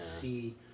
see